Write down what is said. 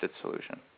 solution